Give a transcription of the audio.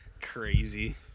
Crazy